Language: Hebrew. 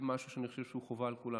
משהו שאני חושב שהוא חובה על כולנו: